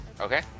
Okay